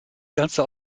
ganze